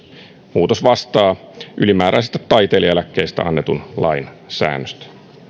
muutos vastaa ylimääräisestä taiteilijaeläkkeestä annetun lain säännöstöä